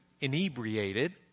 inebriated